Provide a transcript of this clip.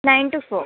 nine to four